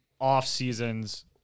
off-seasons